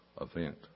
event